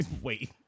Wait